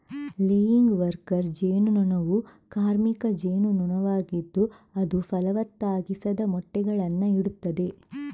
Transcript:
laying worker ಜೇನು ನೊಣವು ಕಾರ್ಮಿಕ ಜೇನು ನೊಣವಾಗಿದ್ದು ಅದು ಫಲವತ್ತಾಗಿಸದ ಮೊಟ್ಟೆಗಳನ್ನ ಇಡ್ತದೆ